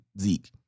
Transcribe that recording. Zeke